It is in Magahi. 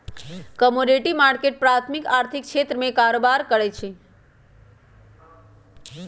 कमोडिटी मार्केट प्राथमिक आर्थिक क्षेत्र में कारबार करै छइ